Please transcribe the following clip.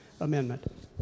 amendment